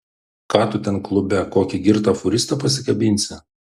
ką tu ten klube kokį girtą fūristą pasikabinsi